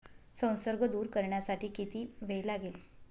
संसर्ग दूर करण्यासाठी किती वेळ लागेल?